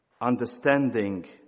understanding